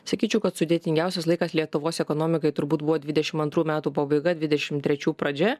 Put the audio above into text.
sakyčiau kad sudėtingiausias laikas lietuvos ekonomikai turbūt buvo dvidešimt antrų metų pabaiga dvidešimt trečių pradžia